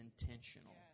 intentional